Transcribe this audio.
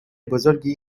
بزرگی